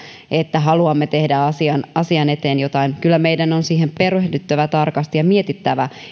että haluamme tehdä asian asian eteen jotain kyllä meidän on siihen perehdyttävä tarkasti ja mietittävä